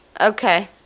Okay